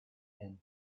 aim